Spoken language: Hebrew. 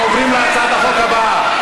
אנחנו עוברים להצעת החוק הבאה.